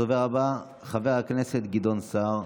הדובר הבא, חבר הכנסת גדעון סער,